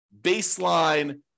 baseline